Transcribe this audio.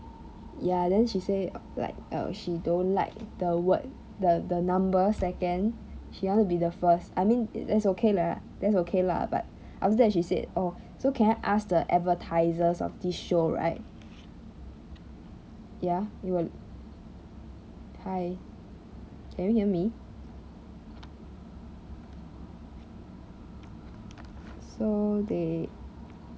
ya then she say like err she don't like the word the the number second she wants to be the first I mean that's okay lah that's okay lah but after she said oh so can I ask the advertisers of this show right ya you were hi can you hear me so they